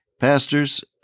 Pastors